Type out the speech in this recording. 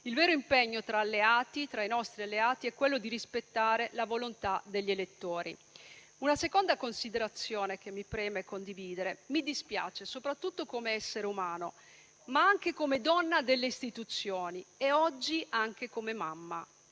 Il vero impegno, tra i nostri alleati, è rispettare la volontà degli elettori. Una seconda considerazione mi preme condividere. Mi dispiace, soprattutto come essere umano, ma anche come donna delle istituzioni e oggi anche come mamma,